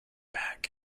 back